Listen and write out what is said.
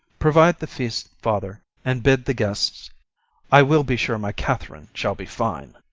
provide the feast, father, and bid the guests i will be sure my katherine shall be fine.